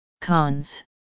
Cons